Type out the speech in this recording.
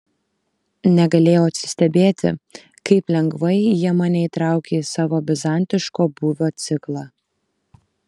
negalėjau atsistebėti kaip lengvai jie mane įtraukė į savo bizantiško būvio ciklą